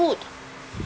food